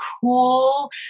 cool